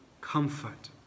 comfort